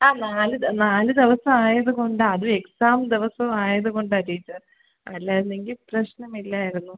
ആ നാല് ദ നാല് ദിവസം ആയത് കൊണ്ടാ അതും എക്സാം ദിവസം ആയത് കൊണ്ടാണ് ടീച്ചർ അല്ലായിരുന്നെങ്കിൽ പ്രശ്നമില്ലായിരുന്നു